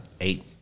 eight